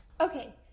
Okay